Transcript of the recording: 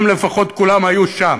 הם לפחות כולם היו שם,